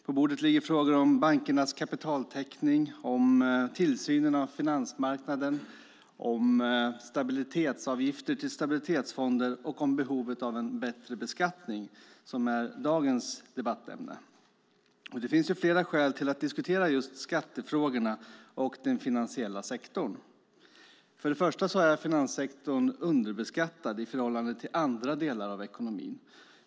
På bordet ligger frågor om bankernas kapitaltäckning, om tillsynen av finansmarknaden, om stabilitetsavgifter till stabilitetsfonder och om behovet av en bättre beskattning, som är dagens debattämne. Det finns flera skäl att diskutera just skattefrågorna och den finansiella sektorn. För det första är finanssektorn underbeskattad i förhållande till andra delar av ekonomin.